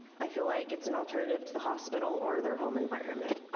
i feel like it's an alternative to the hospital or their home environment.